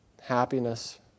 happiness